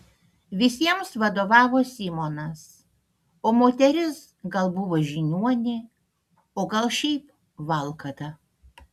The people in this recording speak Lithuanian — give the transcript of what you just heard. visiems vadovavo simonas o moteris gal buvo žiniuonė o gal šiaip valkata